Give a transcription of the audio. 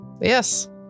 Yes